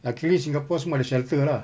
luckily singapore semua ada shelter lah